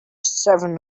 seven